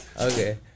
Okay